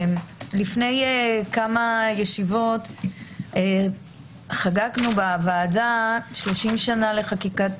לפני כמה ישיבות חגגנו בוועדה 30 שנה לחקיקת